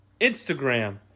Instagram